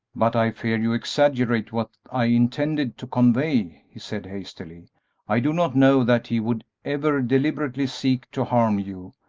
but i fear you exaggerate what i intended to convey, he said, hastily i do not know that he would ever deliberately seek to harm you,